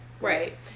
right